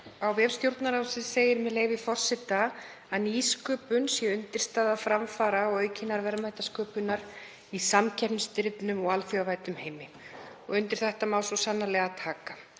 Á vef Stjórnarráðsins segir, með leyfi forseta: „Nýsköpun er undirstaða framfara og aukinnar verðmætasköpunar í samkeppnisdrifnum, alþjóðavæddum heimi.“ Undir þetta má svo sannarlega taka.